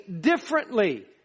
differently